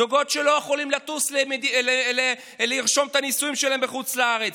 זוגות שלא יכולים לטוס לרשום את הנישואים שלהם בחוץ לארץ,